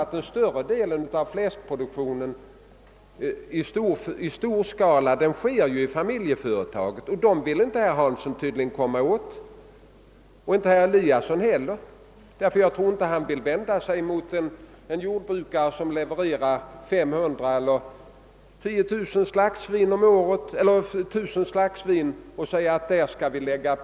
Alla vet att fläskproduktionen i stor skala i huvudsak sker inom familjeföretag och dem vill inte herr Hansson i Skegrie och tydligen inte heller herr Eliasson i Moholm komma åt. Jag tror inte att de vill av en jordbrukare som levererar 500 eller 1000 slaktsvin om året utkräva en betungande avgift.